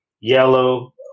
yellow